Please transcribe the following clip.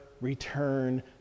return